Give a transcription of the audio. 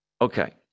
Okay